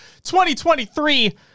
2023